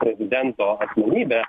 prezidento asmenybe